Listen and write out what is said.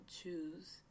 choose